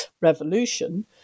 revolution